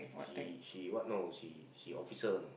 he she what no she she officer know